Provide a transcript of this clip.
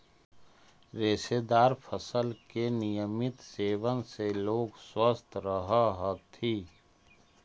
रेशेदार फल के नियमित सेवन से लोग स्वस्थ रहऽ हथी